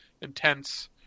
intense